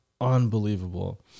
unbelievable